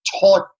taught